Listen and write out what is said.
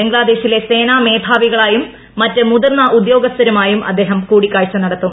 ബംഗ്ലാദേശിലെ സേനാ മേധാവികളുമായും മറ്റ് മുതിർന്ന ഉദ്യോഗസ്ഥരുമായും അദ്ദേഹം കൂടിക്കാഴ്ച നടത്തും